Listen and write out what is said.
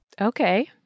Okay